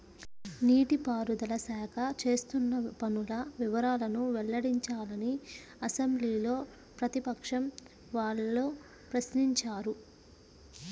నీటి పారుదల శాఖ చేస్తున్న పనుల వివరాలను వెల్లడించాలని అసెంబ్లీలో ప్రతిపక్షం వాళ్ళు ప్రశ్నించారు